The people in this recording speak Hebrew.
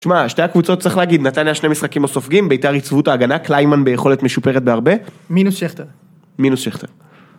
שמע, שתי הקבוצות צריך להגיד, נתניה שני משחקים הסופגים, ביתר ייצבו את ההגנה, קליימן ביכולת משופרת בהרבה. מינוס שכטר. מינוס שכטר.